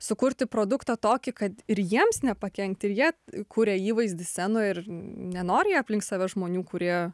sukurti produktą tokį kad ir jiems nepakenkti ir jie kuria įvaizdį scenoj ir nenori aplink save žmonių kurie